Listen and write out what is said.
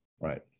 right